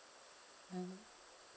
mmhmm